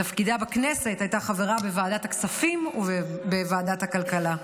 בתפקידה בכנסת הייתה חברה בוועדת הכספים ובוועדת הכלכלה.